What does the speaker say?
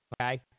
Okay